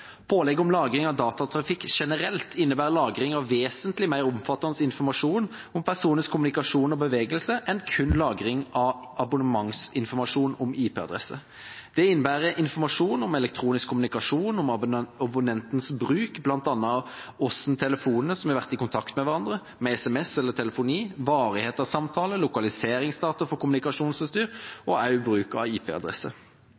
Pålegget om lagring av datatrafikk generelt innebærer lagring av vesentlig mer omfattende informasjon om personers kommunikasjon og bevegelse enn kun lagring av abonnementsinformasjon om IP-adresser. Det innebærer informasjon om elektronisk kommunikasjon, om abonnentens bruk, bl.a. hvilke telefoner som har vært i kontakt med hverandre med SMS eller ved telefoni, samtalens varighet, lokaliseringsdata for